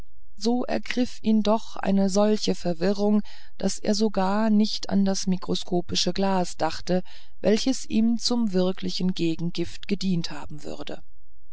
so ergriff ihn doch eine solche verwirrung daß er sogar nicht an das mikroskopische glas dachte welches ihm zum wirksamen gegengift gedient haben würde